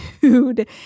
dude